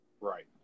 right